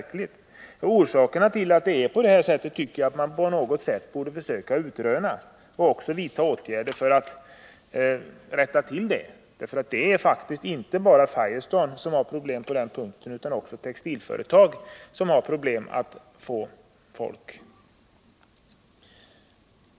Orsakerna härtill tycker jag att man på något sätt borde försöka utröna. Man borde vidta åtgärder för att rätta till det hela. Det är faktiskt inte bara Firestone som har problem på den punkten utan också textilföretagen.